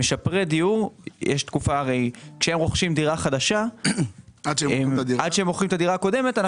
כשמשפרי דיור רוכשים דירה חדשה עד שהם מוכרים את הדירה הקודמת,